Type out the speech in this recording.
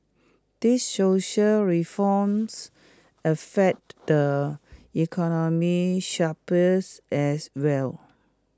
these social reforms affect the economic as well